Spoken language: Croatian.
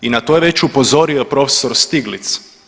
I na to je već upozorio prof. Stiglic.